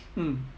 mm